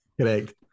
Correct